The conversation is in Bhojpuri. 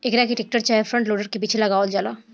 एकरा के टेक्टर चाहे फ्रंट लोडर के पीछे लगावल जाला